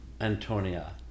Antonia